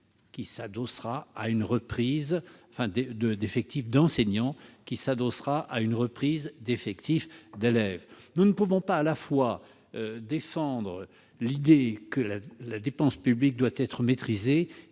tout projet d'effectifs supplémentaires d'enseignants qui s'adossera à une reprise des effectifs d'élèves. Nous ne pouvons pas à la fois défendre l'idée que la dépense publique doit être maîtrisée